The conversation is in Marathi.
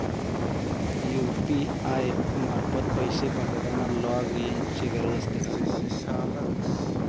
यु.पी.आय मार्फत पैसे पाठवताना लॉगइनची गरज असते का?